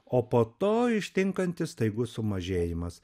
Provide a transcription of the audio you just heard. o po to ištinkantis staigus sumažėjimas